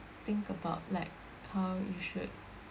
think about like how you should